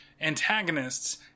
antagonists